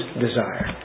desire